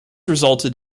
resulted